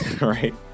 right